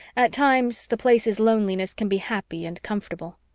at times the place's loneliness can be happy and comfortable.